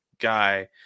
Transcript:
guy